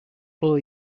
blow